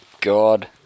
God